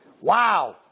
wow